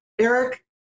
Eric